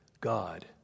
God